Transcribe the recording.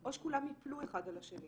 או שכולם יפלו אחד על השני.